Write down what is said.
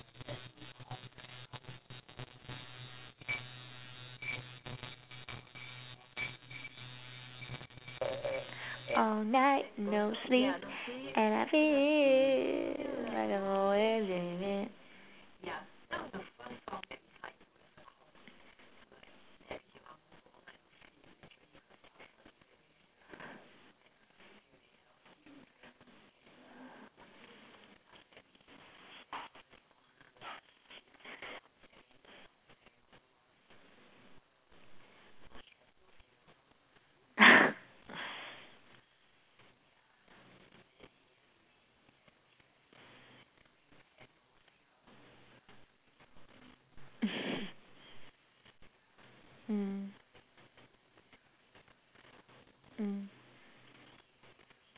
mm mm